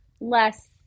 less